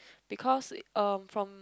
because uh from